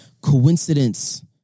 coincidence